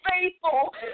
faithful